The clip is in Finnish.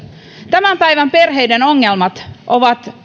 tämän päivän perheiden ongelmat ovat